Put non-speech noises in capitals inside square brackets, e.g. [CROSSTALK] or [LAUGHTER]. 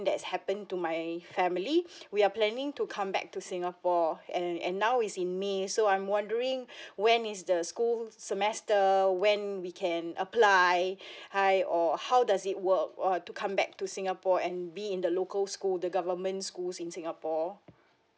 that's happened to my family [BREATH] we are planning to come back to singapore and and now is in may so I'm wondering when is the school semester when we can apply hi or how does it work or to come back to singapore and be in the local school the government schools in singapore